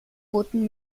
booten